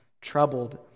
troubled